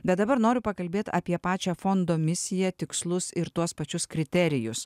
bet dabar noriu pakalbėt apie pačią fondo misiją tikslus ir tuos pačius kriterijus